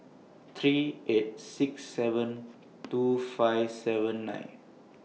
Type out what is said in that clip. three eight six seven two five seven nine